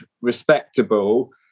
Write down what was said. respectable